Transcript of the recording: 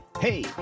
hey